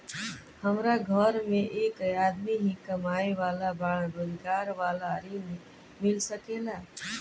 हमरा घर में एक आदमी ही कमाए वाला बाड़न रोजगार वाला ऋण मिल सके ला?